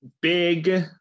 big